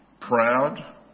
proud